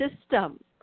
system